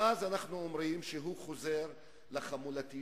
ואז אנחנו אומרים שהוא חוזר לחמולתיות,